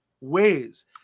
ways